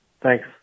Thanks